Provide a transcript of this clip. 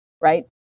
right